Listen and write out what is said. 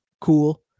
cool